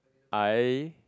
I